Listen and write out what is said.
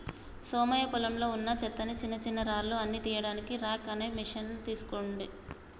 సోమయ్య పొలంలో వున్నా చెత్తని చిన్నచిన్నరాళ్లు అన్ని తీయడానికి రాక్ అనే మెషిన్ తీస్కోచిండు